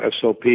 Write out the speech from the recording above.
SOP